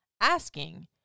asking